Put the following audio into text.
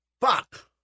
fuck